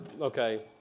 Okay